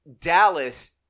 Dallas